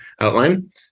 outline